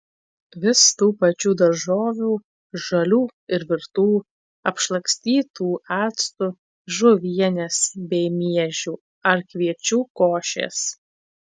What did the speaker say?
vis tų pačių daržovių žalių ir virtų apšlakstytų actu žuvienės bei miežių ar kviečių košės